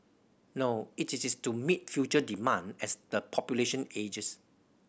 no it is to meet future demand as the population ages